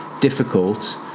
difficult